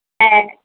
ऐं